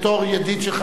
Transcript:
בתור ידיד שלך,